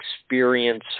experience